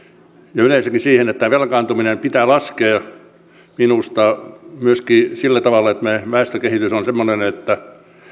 yleensäkin viittasin siihen että velkaantuminen pitää laskea minusta myöskin sillä tavalla että meidän väestökehitys on on semmoinen että